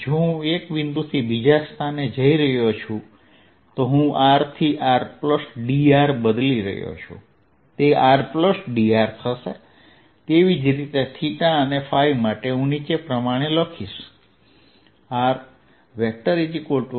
જો હું એક બિંદુથી બીજા સ્થાને જઈ રહ્યો છું તો હું r થી r પ્લસ dr બદલી રહ્યો છું તે rdr બનશે તેવી જ રીતે અને ϕ માટે નીચે પ્રમાણે લખી શકાય